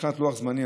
מבחינת לוח זמנים,